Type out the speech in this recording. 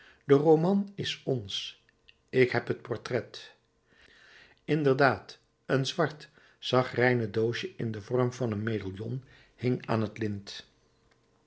de roman is ons ik heb het portret inderdaad een zwart sagrijnen doosje in den vorm van een medaillon hing aan het lint